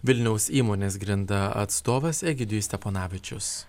vilniaus įmonės grinda atstovas egidijus steponavičius